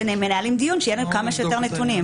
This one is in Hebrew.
כשמנהלים דיון שיהיו לנו כמה שיותר נתונים.